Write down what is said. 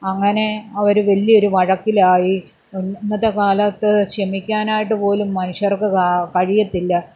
അങ്ങനെ അവർ വലിയൊരു വഴക്കിലായി ഇന്നത്തെക്കാലത്ത് ക്ഷമിക്കാനായിട്ടുപോലും മനുഷ്യർക്ക് കഴിയത്തില്ല